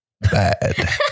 bad